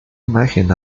imagen